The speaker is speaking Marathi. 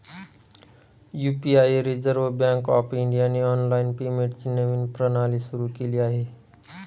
यु.पी.आई रिझर्व्ह बँक ऑफ इंडियाने ऑनलाइन पेमेंटची नवीन प्रणाली सुरू केली आहे